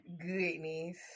goodness